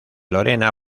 lorena